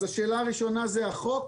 אז השאלה הראשונה זה החוק,